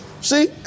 See